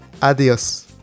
Adiós